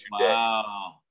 Wow